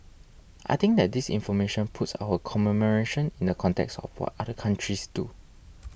I think that this information puts our commemoration in the context of what other countries do